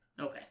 Okay